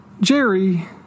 Jerry